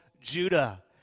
judah